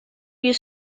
you